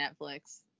Netflix